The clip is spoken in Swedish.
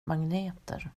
magneter